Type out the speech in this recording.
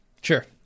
Sure